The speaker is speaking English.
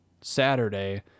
Saturday